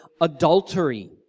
adultery